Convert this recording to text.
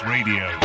Radio